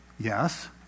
Yes